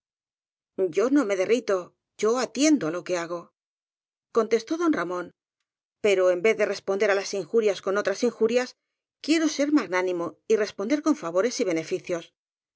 yo no me derrito yo atiendo á lo que hago contestó don ramón pero en vez de responder á las injurias con otras injurias quiero ser magnáni mo y responder con favores y beneficios